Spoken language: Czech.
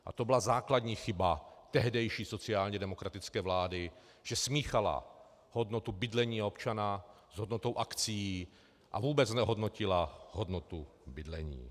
A to byla základní chyba tehdejší sociálně demokratické vlády, že smíchala hodnotu bydlení občana s hodnotou akcií a vůbec znehodnotila hodnotu bydlení.